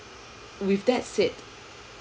with that said